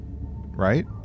right